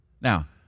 Now